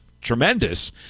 tremendous